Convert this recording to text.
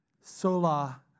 sola